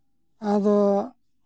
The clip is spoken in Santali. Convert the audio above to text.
ᱟᱫᱚ